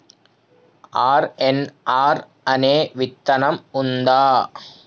RNR అనే విత్తనం ఉందా?